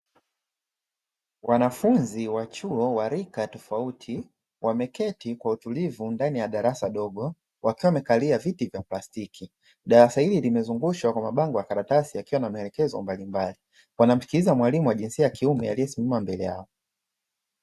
Wanafunzi wa chuo wa rika tofauti wameketi kwa utulivu ndani ya darasa dogo, wakiwa wamekalia viti vya plastiki, darasa hili limezungushwa kwa mabango ya karatasi yakiwa na maelekezo mbalimbali. Wanamsikiliza mwalimu wa jinsia ya kiume aliyesimama mbele yao.